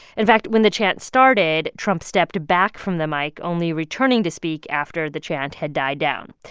in fact, when the chant started, trump stepped back from the mic, only returning to speak after the chant had died down.